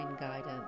guidance